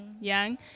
young